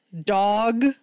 dog